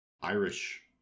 Irish